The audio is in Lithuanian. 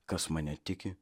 kas mane tiki